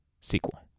sequel